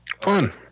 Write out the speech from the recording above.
Fun